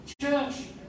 church